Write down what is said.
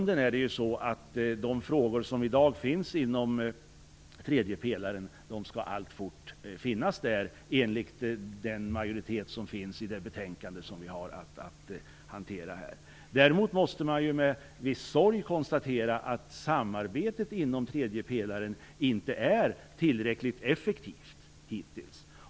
De frågor som i dag finns inom tredje pelaren skall alltfort finnas där, enligt den majoritet som finns i det betänkande som vi har att behandla. Men man måste ändå med viss sorg konstatera att samarbetet inom tredje pelaren inte varit tillräckligt effektivt hittills.